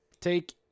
take